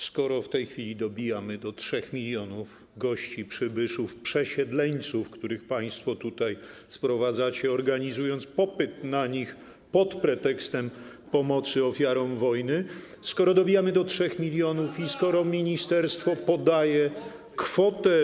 Skoro w tej chwili dobijamy do 3 mln gości, przybyszów, przesiedleńców, których państwo tutaj sprowadzacie, organizując popyt na nich pod pretekstem pomocy ofiarom wojny, skoro dobijamy do 3 mln i skoro ministerstwo podaje kwotę.